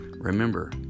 remember